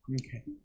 Okay